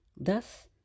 Thus